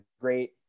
great